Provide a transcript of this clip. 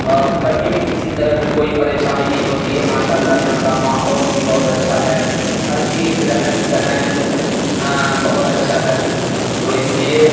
اور کبھی بھی کسی طرح کی کوئی پریشانی نہیں ہوتی ہے ماشاء اللہ یہاں کا ماحول بھی بہت اچھا ہے ہر چیز رہن سہن بہت اچھا ہے تو اس لیے